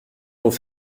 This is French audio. nous